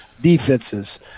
defenses